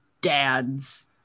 dad's